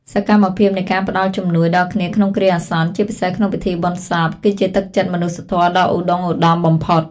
សកម្មភាពនៃការផ្ដល់ជំនួយដល់គ្នាក្នុងគ្រាអាសន្ន ជាពិសេសក្នុងពិធីបុណ្យសព គឺជាទឹកចិត្តមនុស្សធម៌ដ៏ឧត្តុង្គឧត្តមបំផុត។